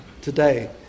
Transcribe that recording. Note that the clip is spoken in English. today